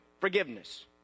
Forgiveness